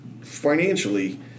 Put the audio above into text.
financially